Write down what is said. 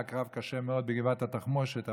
היה קרב קשה מאוד בגבעת התחמושת,